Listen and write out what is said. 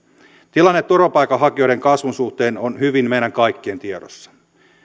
tilanne turvapaikanhakijoiden kasvun suhteen on hyvin meidän kaikkien tiedossa